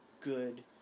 good